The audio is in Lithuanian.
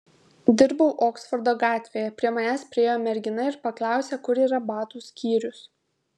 dirbau oksfordo gatvėje prie manęs priėjo mergina ir paklausė kur yra batų skyrius